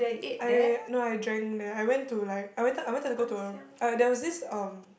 I no I drank there I went to like I wanted I wanted to go to a there was this um